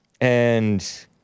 and-